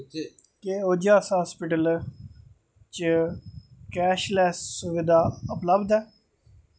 क्या ओजेएऐस्स हास्पिटल च कैशलैस्स सुबधा उपलब्ध ऐ